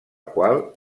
qual